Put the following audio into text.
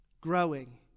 growing